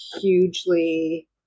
hugely